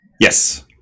Yes